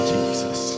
Jesus